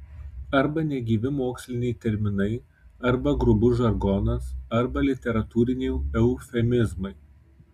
arba negyvi moksliniai terminai arba grubus žargonas arba literatūriniai eufemizmai